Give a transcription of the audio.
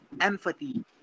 empathy